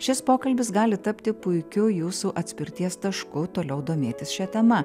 šis pokalbis gali tapti puikiu jūsų atspirties tašku toliau domėtis šia tema